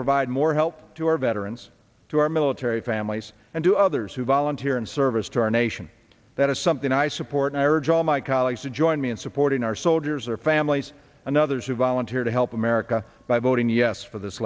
provide more help to our veterans to our military families and to others who volunteer in service to our nation that is something i support and i urge all my colleagues to join me in supporting our soldiers are families and others who volunteer to help america by voting yes for this